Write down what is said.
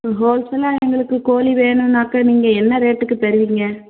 ஹோல்சேலா எங்களுக்கு கோலி வேணும்னாக்கா நீங்கள் என்ன ரேட்டுக்கு தருவீங்கள்